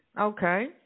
Okay